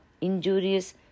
injurious